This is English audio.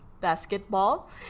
basketball